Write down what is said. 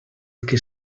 que